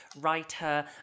writer